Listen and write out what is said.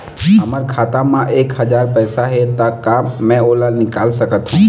हमर खाता मा एक हजार पैसा हे ता का मैं ओला निकाल सकथव?